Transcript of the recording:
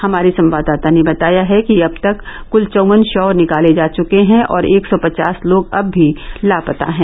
हमारे संवाददाता ने बताया है कि अब तक कुल चौवन शव निकाले जा चुके हैं और एक सौ पचास लोग अब भी लापता हैं